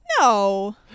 No